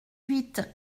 huit